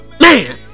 Man